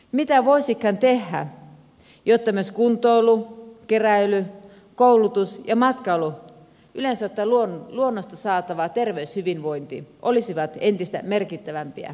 mitä voisikaan tehdä jotta myös kuntoilu keräily koulutus ja matkailu yleisesti ottaen luonnosta saatava terveyshyvinvointi olisivat entistä merkittävämpiä asioita